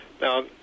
Now